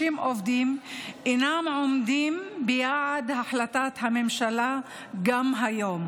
עובדים אינם עומדים ביעד החלטת הממשלה גם היום,